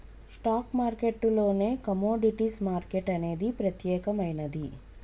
stock మార్కెట్టులోనే commodities market అనేది ప్రత్యేకమైనది